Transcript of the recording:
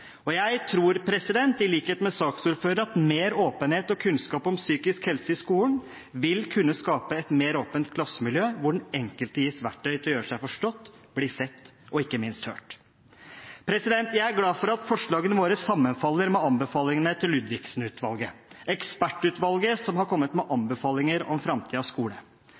og jeg tror i likhet med saksordføreren at mer åpenhet og kunnskap om psykisk helse i skolen vil kunne skape et mer åpent klassemiljø, hvor den enkelte gis verktøy til å gjøre seg forstått, bli sett og ikke minst hørt. Jeg er glad for at forslagene våre sammenfaller med anbefalingene til Ludvigsen-utvalget, ekspertutvalget som har kommet med anbefalinger om framtidens skole.